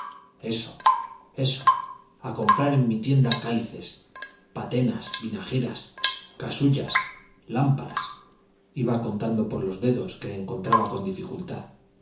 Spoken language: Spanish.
eso eso a comprar en mi tienda cálices patenas vinajeras casullas lámparas iba contando por los dedos que encontraba con dificultad